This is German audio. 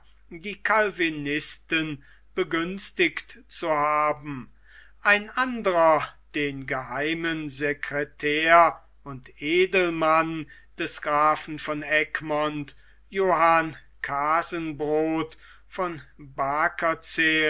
die calvinisten begünstigt zu haben ein anderer den geheimen sekretär und edelmann des grafen von egmont johann casembrot von